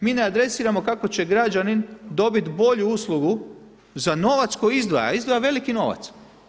Mi ne adresiramo kako će građanin dobit bolju uslugu za novac koji izdvaja, a izdvaja veliki novac.